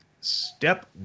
Step